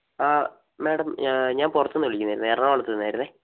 ആ മേഡം ഞാൻ ഞാൻ പുറത്തുനിന്ന് വിളിക്കുന്നതായിരുന്നു എറണാകുളത്ത് നിന്ന് ആയിരുന്നേ